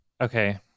Okay